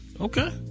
Okay